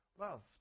loved